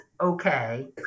okay